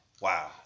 Wow